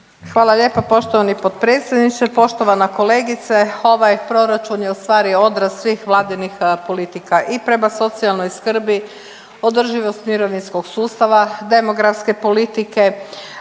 Hvala lijepa poštovani potpredsjedniče. Poštovana kolegice ovaj proračun je u stvari odraz svih Vladinih politika i prema socijalnoj skrbi, održivost mirovinskog sustava, demografske politike,